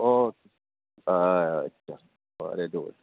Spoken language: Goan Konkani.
हो हय हय चल बरें दवर